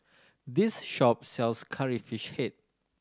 this shop sells Curry Fish Head